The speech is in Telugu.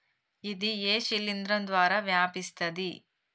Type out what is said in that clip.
ఇది ఏ శిలింద్రం ద్వారా వ్యాపిస్తది?